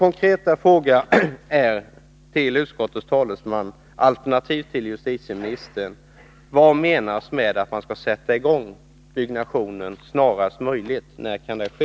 Min fråga till utskottets talesman, alternativt till justitieministern, är: Vad menas med att man skall sätta i gång byggnationen snarast möjligt? När kan det ske?